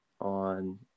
on